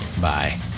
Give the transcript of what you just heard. Bye